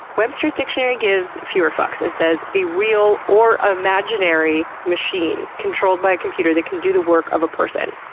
webster's dictionary gives fewer fucks and says, a real or imaginary machine controlled by a computer that can do the work of a person.